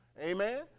Amen